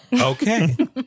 Okay